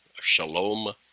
shalom